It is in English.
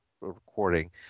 recording